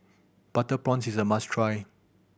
butter prawns is a must try